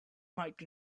might